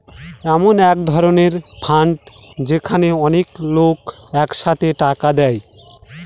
এমন এক ধরনের ফান্ড যেখানে অনেক লোক এক সাথে টাকা দেয়